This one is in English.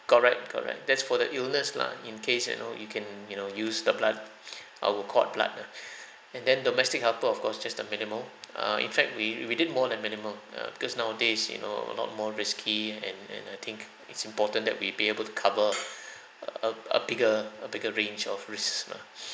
correct correct that's for the illness lah in case you know you can you know use the blood our cord blood lah and then domestic helper of course just a minimal err in fact we we did more than minimal uh because nowadays you know a lot more risky and and I think it's important that we be able to cover a a a bigger a bigger range of risks lah